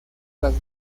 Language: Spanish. las